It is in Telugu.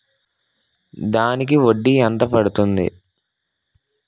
దానికి వడ్డీ ఎంత పడుతుంది?